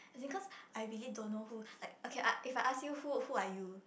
because I really don't know who like okay I if I ask you who who are you